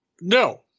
no